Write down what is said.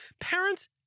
Parents